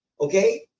okay